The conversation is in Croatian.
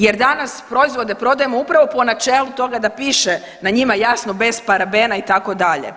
Jer danas proizvode prodajemo upravo po načelu toga da piše na njima jasno bez parabena itd.